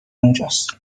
اونجاست